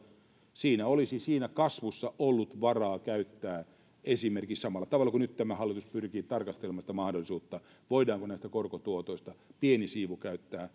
siinä kasvussa olisi ollut varaa käyttää esimerkiksi samalla tavalla kuin nyt tämä hallitus pyrkii tarkastelemaan sitä mahdollisuutta voidaanko näistä korkotuotoista pieni siivu